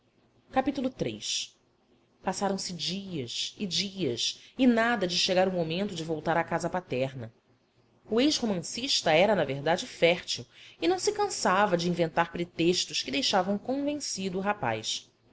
iii passaram-se dias e dias e nada de chegar o momento de voltar à casa paterna o ex romancista era na verdade fértil e não se cansava de inventar pretextos que deixavam convencido o rapaz